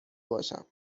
باشم